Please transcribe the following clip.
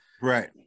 Right